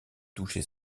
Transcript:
toucher